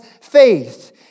faith